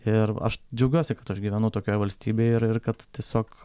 ir aš džiaugiuosi kad aš gyvenu tokioje valstybėje ir ir kad tiesiog